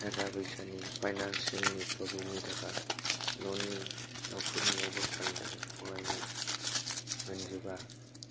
थाखा फैसानि फाइनानसियालनि प्रब्लेमनि थाखाय न'नि नख'रनि अबस्थानि थाखाय फरायनो मोनजोबा